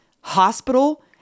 hospital